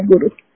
Guru